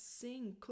sing